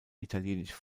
italienische